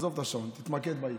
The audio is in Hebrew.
עזוב את השעון, תתמקד בעיקר.